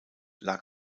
lag